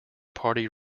party